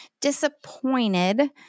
disappointed